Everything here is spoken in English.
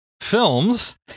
films